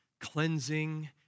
cleansing